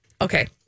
okay